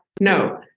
no